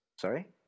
Sorry